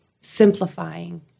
simplifying